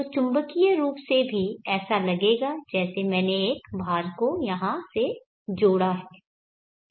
तो चुम्बकीय रूप से भी ऐसा लगेगा जैसे मैंने एक भार को यहाँ से जोड़ा है